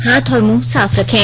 हाथ और मुंह साफ रखें